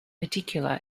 particular